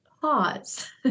pause